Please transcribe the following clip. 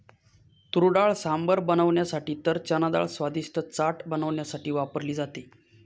तुरडाळ सांबर बनवण्यासाठी तर चनाडाळ स्वादिष्ट चाट बनवण्यासाठी वापरली जाते